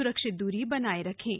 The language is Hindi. सुरक्षित दूरी बनाए रखे